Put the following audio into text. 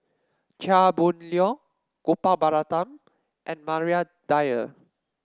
Chia Boon Leong Gopal Baratham and Maria Dyer